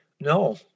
No